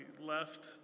left